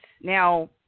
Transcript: Now